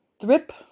Thrip